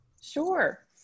Sure